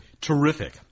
Terrific